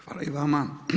Hvala i vama.